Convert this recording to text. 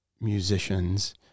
musicians